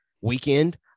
weekend